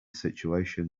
situation